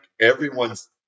everyone's